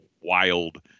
wild